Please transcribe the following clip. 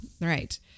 Right